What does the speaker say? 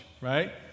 right